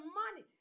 money